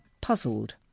puzzled